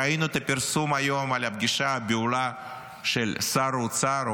ראינו את הפרסום היום על הפגישה הבהולה של שר האוצר,